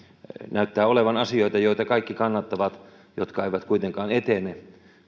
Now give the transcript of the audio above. näyttää olevan asioita joita kaikki kannattavat mutta jotka eivät kuitenkaan etene